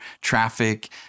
traffic